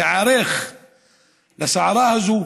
להיערך לסערה הזאת.